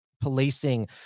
policing